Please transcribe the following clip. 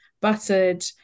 buttered